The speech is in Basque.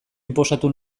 inposatu